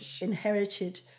inherited